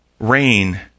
rain